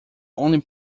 only